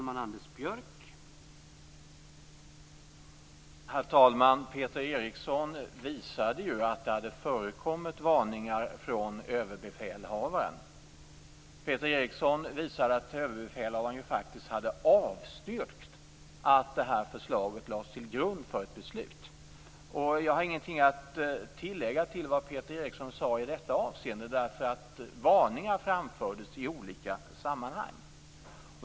Herr talman! Peter Eriksson visade ju att det hade förekommit varningar från överbefälhavaren. Peter Eriksson visade att överbefälhavaren faktiskt hade avstyrkt att det här förslaget lades till grund för ett beslut. Jag har ingenting att tillägga till det Peter Eriksson sade i detta avseende. Varningar framfördes i olika sammanhang.